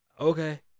Okay